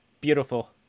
Beautiful